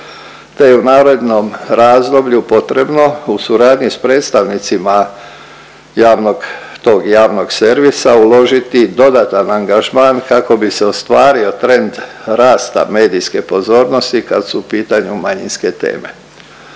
te je u narednom razdoblju potrebno u suradnji s predstavnicima javnog, tog javnog servisa uložiti dodatan angažman kako bi se ostvario trend rasta medijske pozornosti kad su u pitanju manjinske teme.